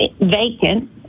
vacant